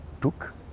took